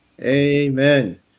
Amen